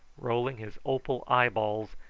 rolling his opal eyeballs,